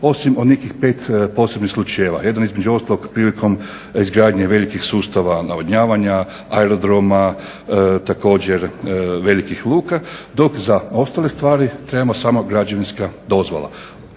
osim u nekih 5 posebnih slučajeva. Jedan između ostalog prilikom izgradnje velikih sustava navodnjavanja, aerodroma, također velikih luka, dok za ostale stvari trebamo samo građevinska dozvola.